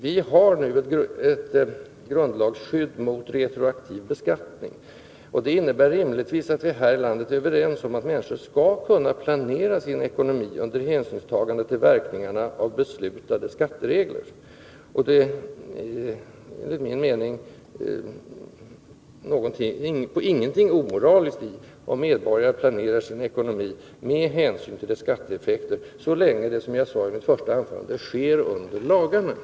Vi har nu ett grundlagsskydd mot retroaktiv beskattning, och det innebär rimligtvis att vi här i landet är överens om att människor skall kunna planera sin ekonomi under hänsynstagande till verkningarna av beslutade skatteregler. Det är enligt min mening inget omoraliskt i att medborgarna planerar sin ekonomi med hänsyn till skatteeffekter så länge det, som jag sade i mitt första anförande, sker inom lagarnas ram.